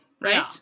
Right